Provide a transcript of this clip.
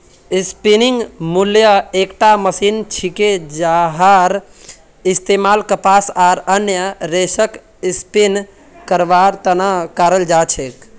spinning mule एकटा machine छिके जहार इस्तमाल कपास आर अन्य रेशक स्पिन करवार त न कराल जा छेक